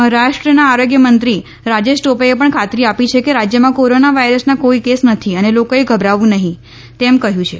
મહારાષ્ટ્રના આરોગ્યમંત્રી રાજેશ ટોપેએ પણ ખાતરી આપી છે કે રાજ્યમાં કોરોના વાયરસનો કોઈ કેસ નથી અને લોકોએ ગભરાવું નહીં તેમ કહ્યું છે